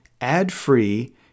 ad-free